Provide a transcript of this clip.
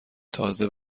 تازه